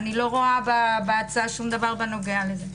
אני לא רואה בהצעה דבר שנוגע לזה.